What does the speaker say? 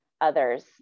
others